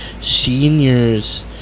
seniors